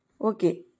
okay